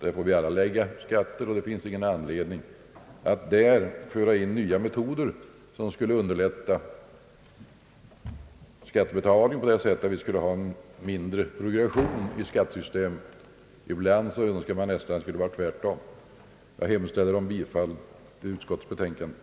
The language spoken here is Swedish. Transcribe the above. Där får vi alla erlägga skatt, och det finns ingen anledning att där föra in nya metoder som skulle underlätta skattebetalningen på det sättet att vi skulle få en mindre progression i skattesystemet. Ibland önskar man nästan att det skulle vara tvärtom. Jag hemställer om bifall till utskottets förslag.